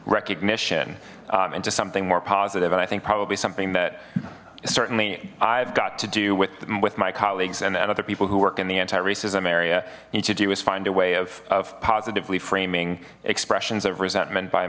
recognition into something more positive and i think probably something that certainly i've got to do with with my colleagues and other people who work in the anti racism area need to do is find a way of positively framing expressions of resentment by